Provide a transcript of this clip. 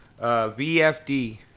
VFD